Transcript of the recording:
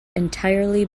entirely